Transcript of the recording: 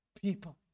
people